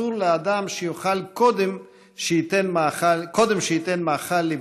אסור לאדם שיאכל קודם שייתן מאכל לבהמתו.